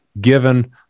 given